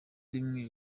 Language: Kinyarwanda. rimwe